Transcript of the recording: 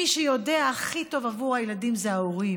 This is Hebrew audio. מי שיודע הכי טוב עבור הילדים זה ההורים.